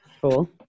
cool